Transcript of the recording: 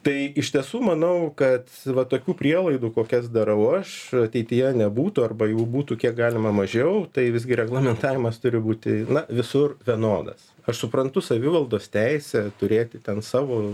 tai iš tiesų manau kad va tokių prielaidų kokias darau aš ateityje nebūtų arba jų būtų kiek galima mažiau tai visgi reglamentavimas turi būti visur vienodas aš suprantu savivaldos teisę turėti ten savo